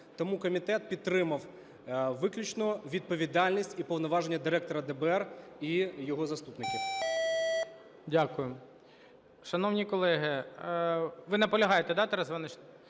Тому комітет підтримав виключно відповідальність і повноваження директора ДБР і його заступників. ГОЛОВУЮЧИЙ. Дякую. Шановні колеги… Ви наполягаєте, да, Тарасе